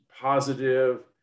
positive